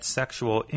sexual